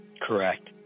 Correct